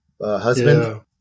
husband